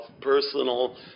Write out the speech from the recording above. personal